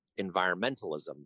environmentalism